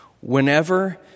Whenever